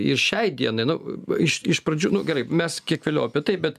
ir šiai dienai nu iš iš pradžių nu gerai mes kiek vėliau apie tai bet